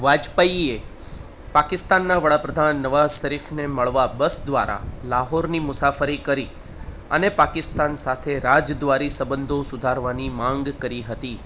વાજપાઈએ પાકિસ્તાનના વડાપ્રધાન નવાઝ શરીફને મળવા બસ દ્વારા લાહોરની મુસાફરી કરી અને પાકિસ્તાન સાથે રાજદ્વારી સંબંધો સુધારવાની માંગ કરી હતી